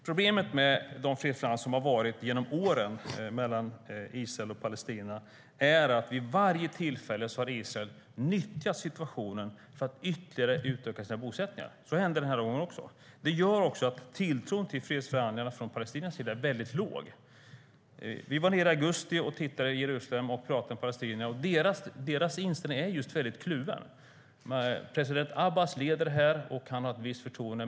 Problemet med de fredsförhandlingar som har varit mellan Israel och Palestina genom åren är att Israel vid varje tillfälle har nyttjat situationen för att ytterligare utöka sina bosättningar. Det hände denna gång också. Detta gör att palestiniernas tilltro till fredsförhandlingarna är liten. I augusti var jag i Jerusalem och talade med palestinier, och deras inställning är kluven. President Abbas leder här och åtnjuter visst förtroende.